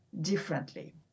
differently